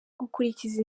gukurikiza